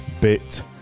Bit